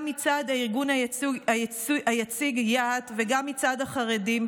גם מצד הארגון היציג יה"ת וגם מצד החרדים,